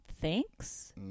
thanks